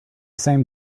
same